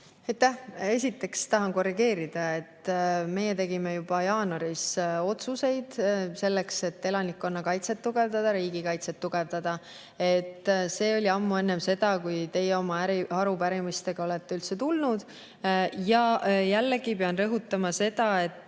Esiteks tahan korrigeerida, et meie tegime juba jaanuaris otsused, et elanikkonnakaitset tuleb tugevdada, riigikaitset tuleb tugevdada. See oli ammu enne seda, kui teie oma arupärimistega üldse tulite. Jällegi pean rõhutama seda, et